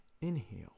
Inhale